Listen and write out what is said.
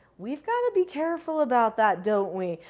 we've got to be careful about that, don't we?